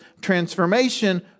transformation